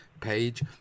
page